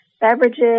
beverages